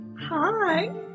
Hi